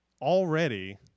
already